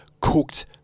cooked